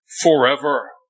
forever